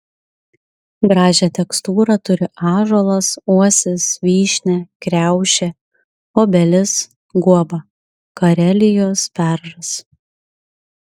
gražią tekstūrą turi ąžuolas uosis vyšnia kriaušė obelis guoba karelijos beržas